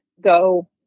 go